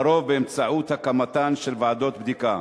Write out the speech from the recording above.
לרוב באמצעות הקמתן של ועדות בדיקה,